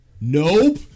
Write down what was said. nope